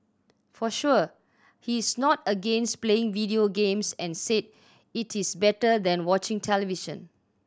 for sure he is not against playing video games and said it is better than watching television